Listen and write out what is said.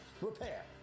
repair